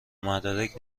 مدرک